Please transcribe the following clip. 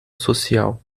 social